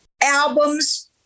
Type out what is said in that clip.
albums